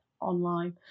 online